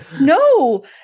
No